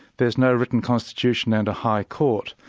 there's no written constitution and a high court.